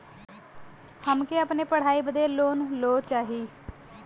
हमके अपने पढ़ाई बदे लोन लो चाही?